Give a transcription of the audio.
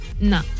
No